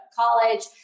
college